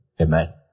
Amen